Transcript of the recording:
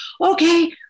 okay